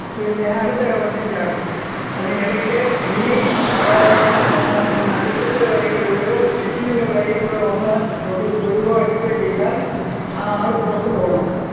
പിന്നെ അടുത്ത കളത്തില് ചാടും അതിനിടയ്ക്ക് കിളി നടുക്കത്തെ വരയിലൂടെയോ ചുറ്റിലുമുള്ള വരയിലൂടെയോ വന്ന് തൊടു തൊടുകയോ അടിക്കുകയോ ചെയ്താല് ആ ആൾ പുറത്ത് പോകണം